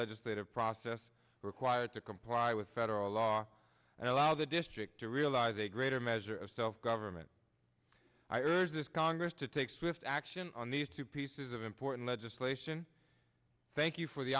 legislative process required to comply with federal law and allow the district to realize a greater measure of self government i urge this congress to take swift action on these two pieces of important legislation thank you for the